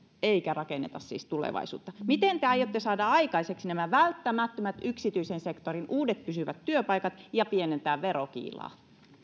eikä rakenneta siis tulevaisuutta miten te aiotte saada aikaiseksi nämä välttämättömät yksityisen sektorin uudet pysyvät työpaikat ja pienentää verokiilaa